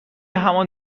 همان